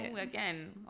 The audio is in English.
again